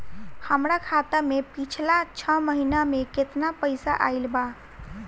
हमरा खाता मे पिछला छह महीना मे केतना पैसा आईल बा?